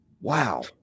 Wow